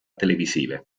televisive